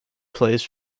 plays